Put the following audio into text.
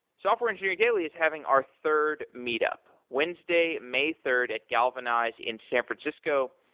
software engineering daily is having our third meet up wednesday, may third at galvanize in san francisco.